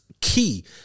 key